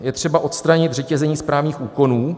Je třeba odstranit řetězení správních úkonů.